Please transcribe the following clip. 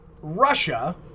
Russia